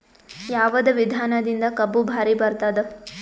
ಯಾವದ ವಿಧಾನದಿಂದ ಕಬ್ಬು ಭಾರಿ ಬರತ್ತಾದ?